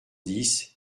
dix